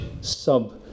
sub